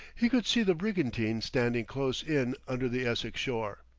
he could see the brigantine standing close in under the essex shore.